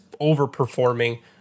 overperforming